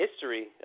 history